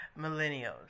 millennials